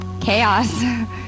chaos